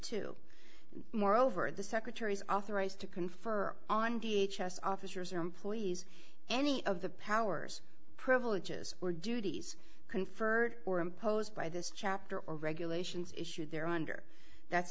two moreover the secretaries authorized to confer on v h s officers or employees any of the powers privileges or duties conferred or imposed by this chapter or regulations issued there are under that's